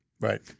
Right